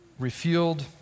refueled